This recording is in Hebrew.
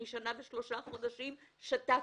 במשך שנה ושלושה חודשים שתקתי,